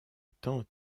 étant